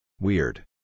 Weird